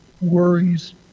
worries